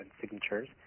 signatures